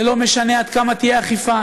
זה לא משנה עד כמה תהיה אכיפה,